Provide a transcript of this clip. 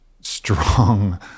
strong